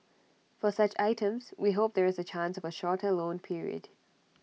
for such items we hope there is A chance of A shorter loan period